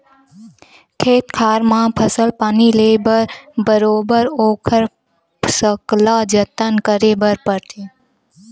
खेत खार म फसल पानी ले बर बरोबर ओखर सकला जतन करे बर परथे